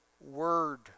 word